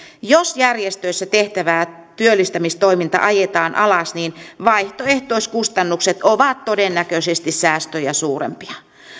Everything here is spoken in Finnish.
jos järjestöissä tehtävä työllistämistoiminta ajetaan alas niin vaihtoehtoiskustannukset ovat todennäköisesti säästöjä suurempia